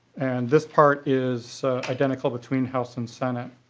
and this party is identical between house and senate